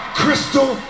crystal